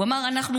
הוא אמר: אנחנו